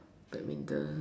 badminton